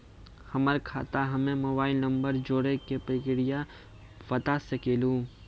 हमर खाता हम्मे मोबाइल नंबर जोड़े के प्रक्रिया बता सकें लू?